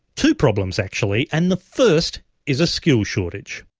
two problems, actually, and the first is a skills shortage.